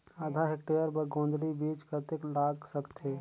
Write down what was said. आधा हेक्टेयर बर गोंदली बीच कतेक लाग सकथे?